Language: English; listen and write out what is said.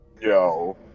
Yo